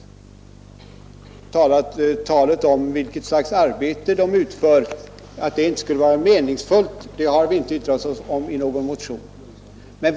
Vi har inte i någon motion yttrat oss om att det arbete som arbetskraften utför inte skulle vara meningsfyllt.